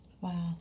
Wow